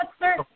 sir